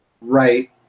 right